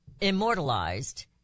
immortalized